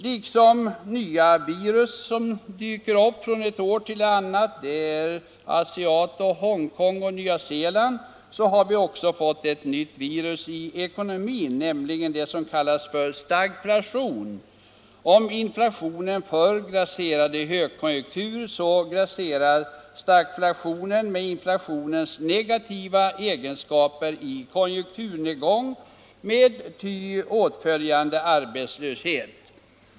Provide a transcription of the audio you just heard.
Liksom nya virus dyker upp från ett år till ett annat —-asiaten, Hongkong och Nya Zeeland — så har vi nu fått ett nytt virus i ekonomin, nämligen det som kallas stagflation. Om inflationen förr grasserade i högkonjunkturer, så grasserar stagflationen med inflationens negativa egenskaper i konjunkturnedgångar med ty åtföljande arbetslöshet.